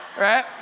right